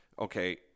okay